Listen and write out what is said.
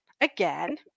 Again